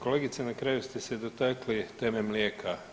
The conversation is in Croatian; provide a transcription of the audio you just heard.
Kolegice na kraju ste se dotakli teme mlijeka.